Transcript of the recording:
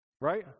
right